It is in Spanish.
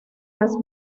las